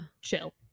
chill